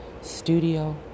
studio